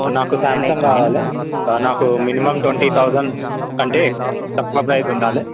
నాకు శామ్సంగ్ కావాలి నాకు మినిమం ట్వంటీ తౌజండ్ అంటే తక్కువ ప్రైజ్ ఉండాలి